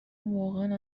واقعا